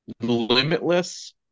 limitless